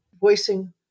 voicing